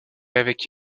avec